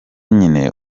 nyine